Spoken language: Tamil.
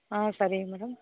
ஆ சரிங்க மேடம்